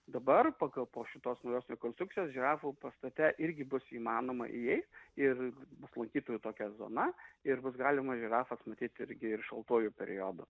dabar pagal po šitos naujos rekonstrukcijos žirafų pastate irgi bus įmanoma įeit ir bus lankytojų tokia zona ir bus galima žirafas matyt irgi ir šaltuoju periodu